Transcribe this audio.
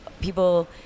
people